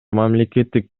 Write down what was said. мамлекеттик